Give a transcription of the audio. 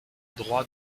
droit